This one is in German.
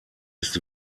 ist